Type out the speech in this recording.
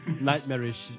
nightmarish